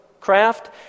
craft